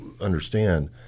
understand